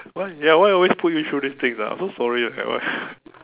why ya why always put you through these things ah I'm so sorry you had to